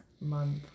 month